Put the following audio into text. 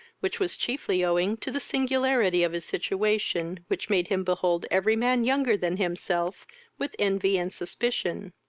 which was chiefly owing to the singularity of his situation, which made him behold every man younger than himself with envy and suspicion